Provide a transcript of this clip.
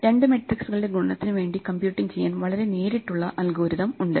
രണ്ട് മെട്രിക്സുകളുടെ ഗുണനത്തിനു വേണ്ടി കമ്പ്യൂട്ടിംഗ് ചെയ്യാൻ വളരെ നേരിട്ടുള്ള അൽഗോരിതം ഉണ്ട്